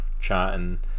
chatting